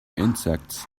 insects